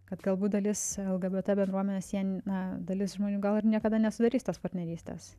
kad galbūt dalis el gie bė tė bendruomenės jie na dalis žmonių gal ir niekada nesudarys tos partnerystės